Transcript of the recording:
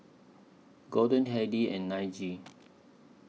Gorden Heidi and Najee